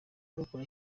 bakora